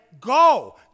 go